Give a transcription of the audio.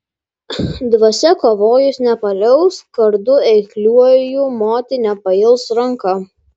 dvasia kovojus nepaliaus kardu eikliuoju moti nepails ranka